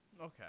Okay